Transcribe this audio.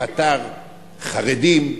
פטר חרדים,